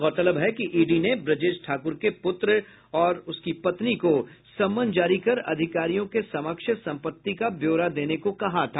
गौरतलब है कि ईडी ने ब्रजेश ठाकुर के पुत्र और उसकी पत्नी को समन जारी कर अधिकारियों के समक्ष संपत्ति का ब्यौरा देने को कहा था